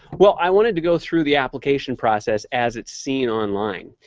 well, i wanted to go through the application process as it's seen online.